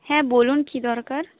হ্যাঁ বলুন কি দরকার